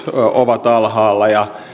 ovat alhaalla ja